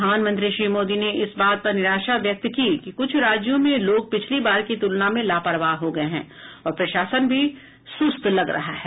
प्रधानमंत्री श्री मोदी ने इस बात पर निराशा व्यक्त की कि कुछ राज्यों में लोग पिछली बार की तुलना में लापरवाह हो गए हैं और प्रशासन भी सुस्त लग रहा है